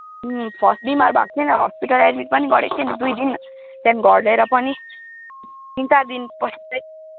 first बिमार भएको थियो अनि हस्पिटलमा एडमिट पनि गरेको थियो दुई दिन त्यहाँ पनि घर ल्याएर पनि तिन चार दिनपछि चाहिँ मृत्यु हुनुभयो